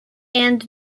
and